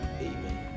Amen